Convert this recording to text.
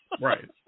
Right